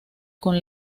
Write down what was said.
con